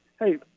Hey